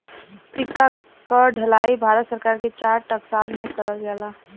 सिक्का क ढलाई भारत सरकार के चार टकसाल में करल जाला